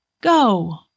go